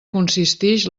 consistix